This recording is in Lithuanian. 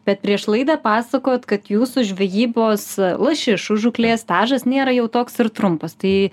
bet prieš laidą pasakojot kad jūsų žvejybos lašišų žūklės stažas nėra jau toks ir trumpas tai